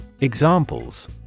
Examples